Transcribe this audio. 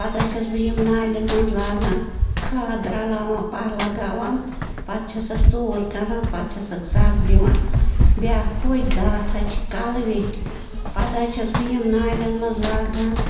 پتہٕ حظ چھَس بہٕ یِم نالین منٛز لاگان کھاد رَلاوان پَہ لَگاوان پتہٕ چھِ سَکھ ژوٗر کَران پَتہٕ چھَ سَکھ سَگ دِوان بیٛاکھ پوشہٕ زاتھ حظ چھِ کالہٕ ویٚٹھ پتہٕ حظ چھَس بہٕ یِم نالین منٛز لاگان